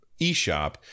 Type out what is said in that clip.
eShop